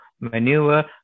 maneuver